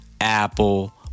Apple